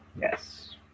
Yes